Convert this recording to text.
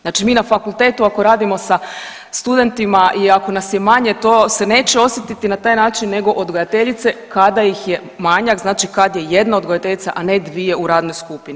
Znači mi na fakultetu ako radimo sa studentima i ako nas je manje to se neće osjetiti na taj način, nego odgojiteljice kada ih je manjak, odnosno kad je jedna odgojiteljica, a ne dvije u radnoj skupini.